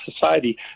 society